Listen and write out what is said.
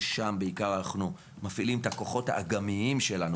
ששם בעיקר אנחנו מפעילים את הכוחות האג"מיים שלנו,